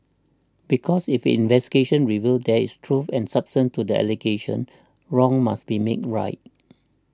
because if investigations reveal there is truth and substance to the allegations wrongs must be made right